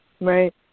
Right